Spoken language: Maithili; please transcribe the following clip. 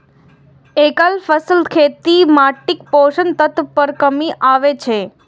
एकफसला खेती सं माटिक पोषक तत्व मे कमी आबै छै